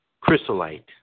chrysolite